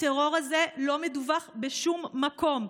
הטרור הזה לא מדווח בשום מקום,